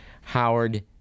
Howard